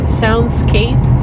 soundscape